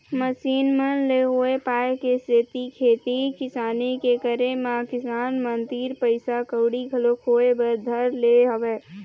machine मन ले होय पाय के सेती खेती किसानी के करे म किसान मन तीर पइसा कउड़ी घलोक होय बर धर ले हवय